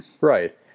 Right